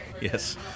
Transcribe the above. Yes